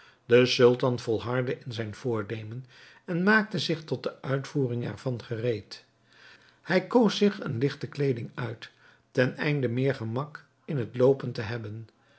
de sultan volhardde in zijn voornemen en maakte zich tot de uitvoering er van gereed hij koos zich een ligte kleeding uit ten einde meer gemak in het loopen te hebben